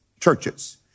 churches